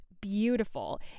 Beautiful